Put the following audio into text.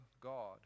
god